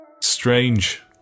Strange